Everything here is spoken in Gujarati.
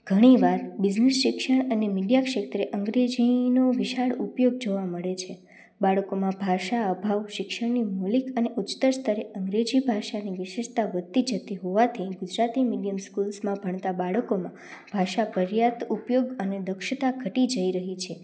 ઘણી વાર બીજનેસ શિક્ષણ અને મીડિયા ક્ષેત્રે અંગ્રેજીનું વિશાળ ઉપયોગ જોવા મળે છે બાળકોમાં ભાષા અભાવ શિક્ષણની મૂલીક અને ઉચ્ચતર સ્તરે અંગ્રેજી ભાષાની વિશેષતા વધતી જતી હોવાથી ગુજરાતી મીડિયમ સ્કૂલ્સમાં ભણતા બાળકોમાં ભાષા પર્યાપ્ત ઉપયોગ અને લક્ષતા ઘટી જઈ રહી છે